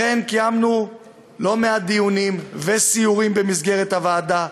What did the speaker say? לכן קיימנו לא מעט דיונים וסיורים במסגרת הוועדה,